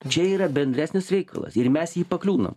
čia yra bendresnis reikalas ir mes į jį pakliūnam